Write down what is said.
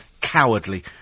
cowardly